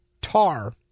Tar